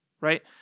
right